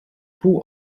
pół